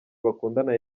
bakundana